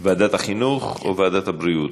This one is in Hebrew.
ועדת, ועדת החינוך או ועדת הבריאות.